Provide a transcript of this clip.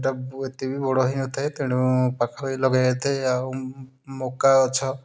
ଏଟା ଏତେବି ବଡ଼ ହେଇନଥାଏ ତେଣୁ ପାଖା ପାଖି ଲଗେଇ ଥାଏ ଆଉ ମକା ଗଛ